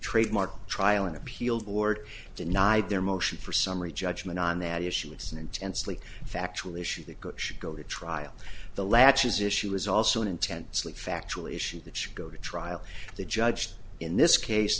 trademark trial and appeal board denied their motion for summary judgment on that issue it's an intensely factual issue that should go to trial the latches issue is also an intensely factual issue that should go to trial the judge in this case